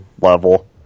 level